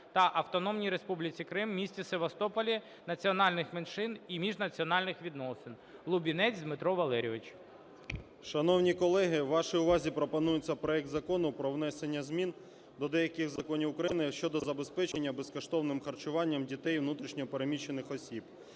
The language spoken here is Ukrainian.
та Автономній Республіці Крим, місті Севастополі, національних меншин і міжнаціональних відносин Лубінець Дмитро Валерійович 17:52:51 ЛУБІНЕЦЬ Д.В. Шановні колеги, вашій увазі пропонується проект Закону про внесення змін до деяких законів України щодо забезпечення безкоштовним харчуванням дітей внутрішньо переміщених осіб.